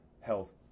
health